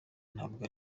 ntabwo